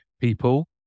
people